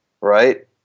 right